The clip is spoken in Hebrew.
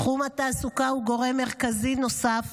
תחום התעסוקה הוא גורם מרכזי נוסף.